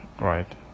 Right